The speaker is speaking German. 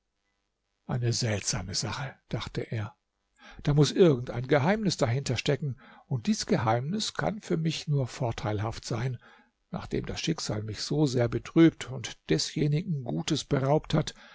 eine seltsame sache dachte er da muß irgend ein geheimnis dahinter stecken und dies geheimnis kann für mich nur vorteilhaft sein nachdem das schicksal mich so sehr betrübt und desjenigen gutes beraubt hat